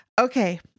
Okay